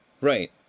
Right